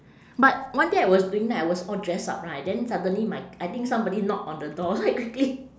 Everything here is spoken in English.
but one day I was doing and I was all dress up right then suddenly my I think somebody knock on the door so I quickly